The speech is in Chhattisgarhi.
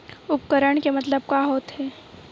उपकरण के मतलब का होथे?